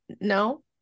no